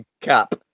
cap